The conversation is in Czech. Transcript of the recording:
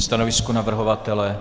Stanovisko navrhovatele?